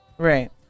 Right